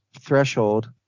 threshold